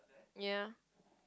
ya